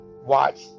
Watch